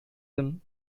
him